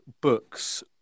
books